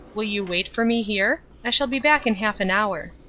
will you wait for me here? i shall be back in half an hour.